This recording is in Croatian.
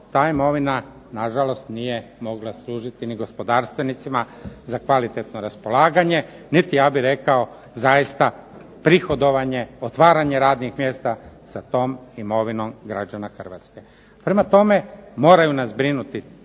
ta imovina nažalost nije mogla služiti ni gospodarstvenicima za kvalitetno raspolaganje niti ja bih rekao zaista prihodovanje, otvaranje radnih mjesta sa tom imovinom građana Hrvatske. Prema tome moraju nas brinuti